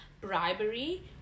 Bribery